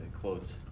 quotes